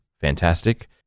fantastic